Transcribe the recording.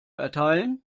erteilen